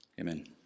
Amen